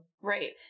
Right